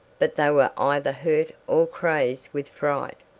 but they were either hurt or crazed with fright.